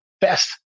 best